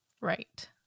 Right